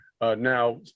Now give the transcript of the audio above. now